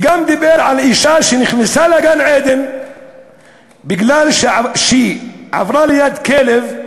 וגם דיבר על אישה שנכנסה לגן-עדן בגלל שהיא עברה ליד כלב,